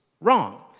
wrong